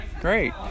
Great